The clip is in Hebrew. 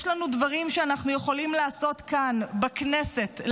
יש דברים שאנחנו יכולים לעשות כאן בכנסת,